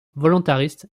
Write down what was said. volontariste